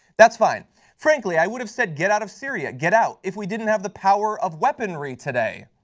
that's fine frankly, i would have said get out of syria get out. if we didn't have the power of weaponry today